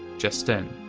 jestyn.